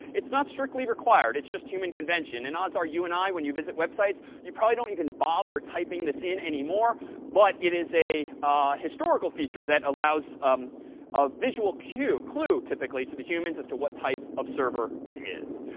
it's not strictly required. it's just human convention. and odds are, you and i, when you visit websites, you probably don't even bother typing this in anymore. but it is a historical feature that allows um a visual cue clue, typically, to the humans as to what type of server it is.